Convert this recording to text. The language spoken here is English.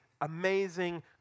amazing